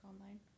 online